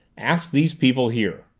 ask these people here.